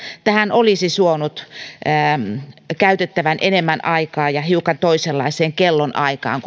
tähän olisi suonut käytettävän enemmän aikaa ja hiukan toisenlaiseen kellonaikaan